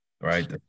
right